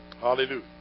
Hallelujah